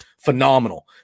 phenomenal